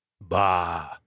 Bah